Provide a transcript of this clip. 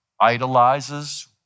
idolizes